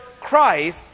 Christ